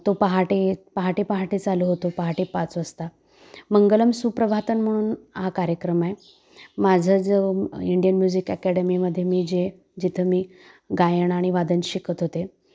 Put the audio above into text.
तो पहाटे पहाटे पहाटे चालू होतो पहाटे पाच वाजता मंगलम सुप्रभातन म्हणून हा कार्यक्रम आहे माझं जो इंडियन म्युझिक अकॅडमीमध्ये मी जे जिथं मी गायन आणि वादन शिकत होते